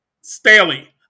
Staley